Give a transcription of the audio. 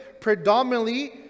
predominantly